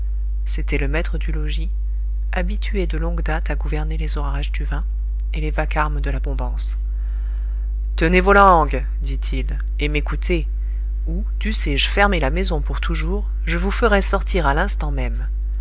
c'était le maître du logis habitué de longue date à gouverner les orages du vin et les vacarmes de la bombance tenez vos langues dit-il et m'écoutez ou dussé-je fermer la maison pour toujours je vous ferai sortir à l'instant même